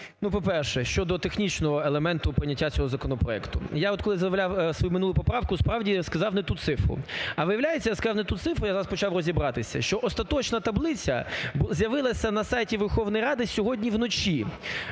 по-перше, щодо технічного елементу прийняття цього законопроекту. Я от, коли заявляв свою минулу поправку, справді, сказав не ту цифру. А виявляється, я сказав не ту цифру, я зараз почав розбиратися, що остаточна таблиця з'явилася на сайті Верховної Ради сьогодні вночі.